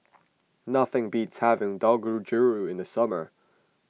nothing beats having Dangojiru in the summer